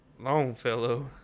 Longfellow